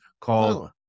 called